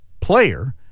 player